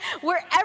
wherever